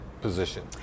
position